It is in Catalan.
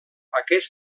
aquest